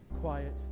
quiet